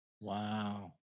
Wow